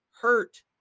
hurt